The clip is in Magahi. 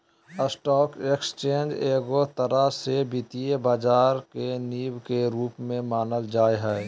स्टाक एक्स्चेंज एगो तरह से वित्तीय बाजार के नींव के रूप मे मानल जा हय